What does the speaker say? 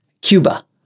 Cuba